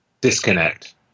disconnect